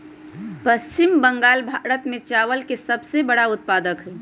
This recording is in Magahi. पश्चिम बंगाल भारत में चावल के सबसे बड़ा उत्पादक हई